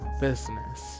business